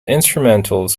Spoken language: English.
instrumentals